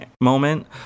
moment